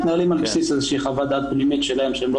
בסיס איזושהי חוות דעת פנימית שלהם שהם לא